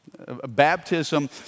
Baptism